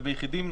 ביחידים,